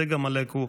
צגה מלקו,